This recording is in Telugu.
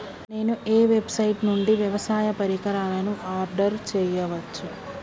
నేను ఏ వెబ్సైట్ నుండి వ్యవసాయ పరికరాలను ఆర్డర్ చేయవచ్చు?